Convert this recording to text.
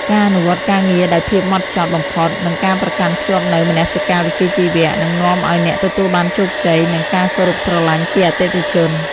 ការអនុវត្តការងារដោយភាពហ្មត់ចត់បំផុត និងការប្រកាន់ខ្ជាប់នូវមនសិការវិជ្ជាជីវៈ នឹងនាំឱ្យអ្នកទទួលបានជោគជ័យ និងការគោរពស្រឡាញ់ពីអតិថិជន។